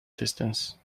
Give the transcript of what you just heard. distance